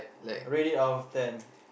rate it out of ten